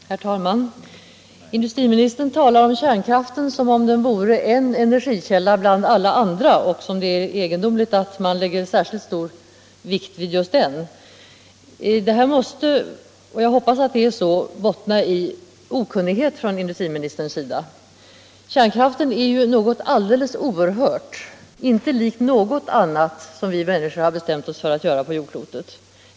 Herr talman! Industriministern talar om kärnkraften som om den vore en energikälla bland alla andra och som om det är egendomligt att man lägger särskilt stor vikt vid just den. Det måste — jag hoppas att det är så — bottna i okunnighet från industriministerns sida. Kärnkraften är ju något alldeles oerhört, inte likt något annat som vi människor har bestämt oss för att utsätta jordklotet för.